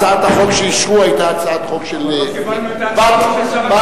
הצעת החוק שאישרו היתה הצעת חוק של בת סיעתי.